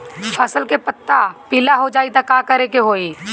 फसल के पत्ता पीला हो जाई त का करेके होई?